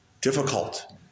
difficult